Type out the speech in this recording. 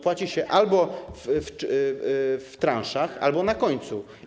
Płaci się albo w transzach, albo na końcu.